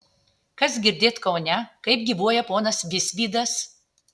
kas girdėt kaune kaip gyvuoja ponas visvydas